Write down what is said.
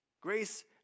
Grace